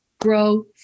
grow